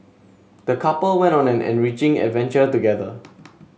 the couple went on an enriching adventure together